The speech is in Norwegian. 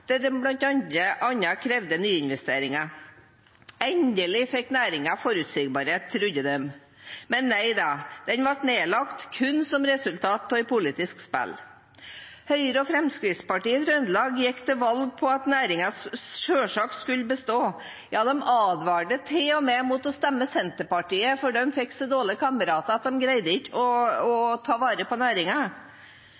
der man bl.a. krevde nyinvesteringer. Endelig fikk næringen forutsigbarhet, trodde den, men nei da, den ble nedlagt, kun som resultat av politisk spill. Høyre og Fremskrittspartiet i Trøndelag gikk til valg på at næringen selvsagt skulle bestå. Ja, de advarte til og med mot å stemme på Senterpartiet, for de fikk så dårlige kamerater at de ikke ville greie å